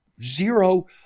zero